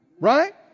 Right